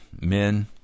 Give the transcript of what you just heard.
men